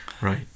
Right